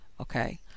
okay